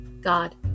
God